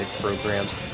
programs